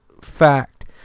fact